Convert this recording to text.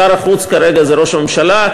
שר החוץ כרגע זה ראש הממשלה,